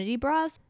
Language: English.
Bras